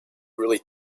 really